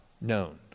known